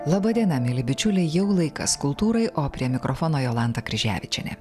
laba diena mieli bičiuliai jau laikas kultūrai o prie mikrofono jolanta kryževičienė